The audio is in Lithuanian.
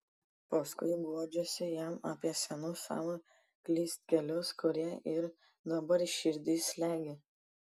paskui guodžiuosi jam apie senus savo klystkelius kurie ir dabar širdį slegia